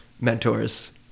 mentors